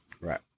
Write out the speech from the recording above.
Right